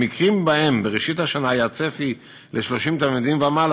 במקרים שבהם בראשית השנה היה צפי ל-30 תלמידים ומעלה